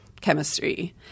chemistry